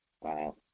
wow